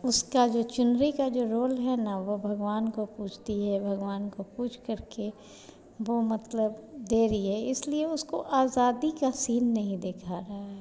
उसका जो चुनरी का जो रोल है ना वह भगवान को पूजती है भगवान को पूजकर के वह मतलब दे रही है इसलिए उसको आज़ादी का सीन नहीं दिखा रहा है